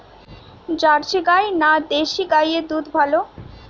Jersey গাই না দেশী গাইয়ের দুধ ভালো?